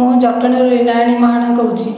ମୁଁ ଜଟଣୀରୁ ଲିନାରାଣୀ ମହାରଣା କହୁଛି